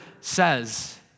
says